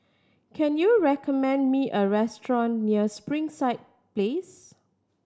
can you recommend me a restaurant near Springside Place